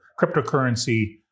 cryptocurrency